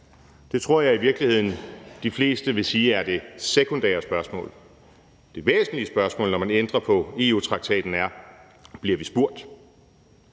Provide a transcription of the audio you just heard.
det tror jeg i virkeligheden de fleste vil sige er det sekundære spørgsmål. Det væsentlige spørgsmål, når man ændrer på EU-traktaten, er: Bliver vi spurgt?